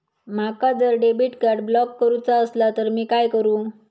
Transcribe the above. माका जर debit card block करूचा असला तर मी काय करू?